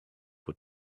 what